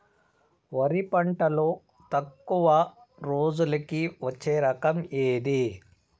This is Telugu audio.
వరి పంటలో తక్కువ రోజులకి వచ్చే రకం ఏది?